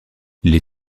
les